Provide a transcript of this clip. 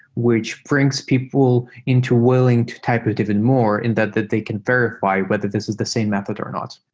which brings people into willing to type it even more and that that they can verify whether this is the same method or not.